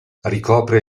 ricopre